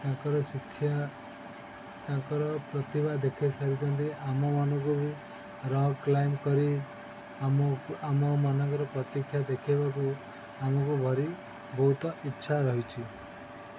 ତାଙ୍କର ଶିକ୍ଷା ତାଙ୍କର ପ୍ରତିଭା ଦେଖେଇ ସାରିଛନ୍ତି ଆମମାନଙ୍କୁ ବି ରକ୍ କ୍ଲାଇମ୍ବ କରି ଆମ ଆମମାନଙ୍କର ପ୍ରତିଭା ଦେଖେଇବାକୁ ଆମକୁ ଭାରି ବହୁତ ଇଛା ରହିଛିି